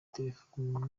terefone